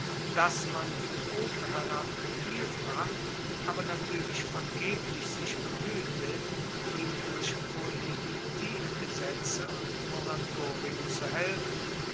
dass man von oben herab vielfach aber natuerlich vergeblich sich bemuehte ihm durch prohibitivgesetze und moratorien zu helfen